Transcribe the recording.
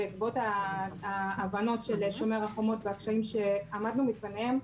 בעקבות ההבנות של שומר החומות והקשיים שעמדנו בפניהם,